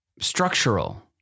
structural